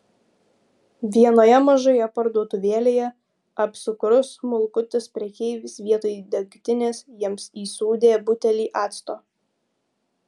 vienoje mažoje parduotuvėlėje apsukrus smulkutis prekeivis vietoj degtinės jiems įsūdė butelį acto